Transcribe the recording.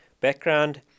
background